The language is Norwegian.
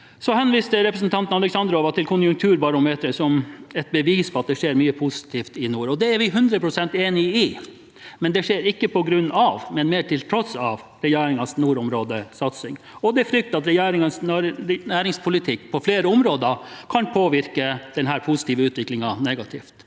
Representanten Alexandrova henviste til konjunkturbarometeret som bevis på at det skjer mye positivt i nord, og det er vi hundre prosent enig i, men det skjer ikke på grunn av – mer til tross for – regjeringens nordområdesatsing. Det er frykt for at regjeringens næringspolitikk på flere områder kan påvirke denne positive utviklingen negativt.